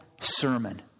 sermon